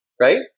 right